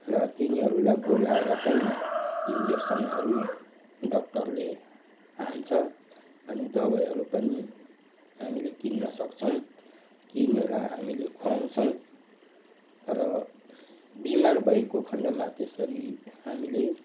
र तिनीहरूलाई बोलाएर चाहिँ इन्जेक्सनहरू डक्टरले हान्छ अनि दबाईहरू पनि हामीले किन्नसक्छौँ किनेर हामीले खुवाउँछौँ र बिमार भएको खन्डमा त्यसरी हामीले